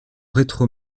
rétro